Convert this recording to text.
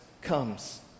comes